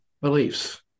beliefs